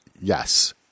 Yes